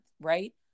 right